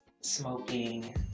smoking